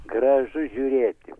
gražu žiūrėti